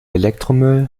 elektromüll